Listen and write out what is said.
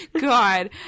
god